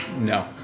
No